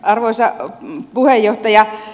arvoisa puheenjohtaja